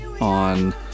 On